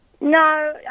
No